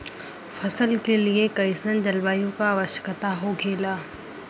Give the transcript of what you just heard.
फसल के लिए कईसन जलवायु का आवश्यकता हो खेला?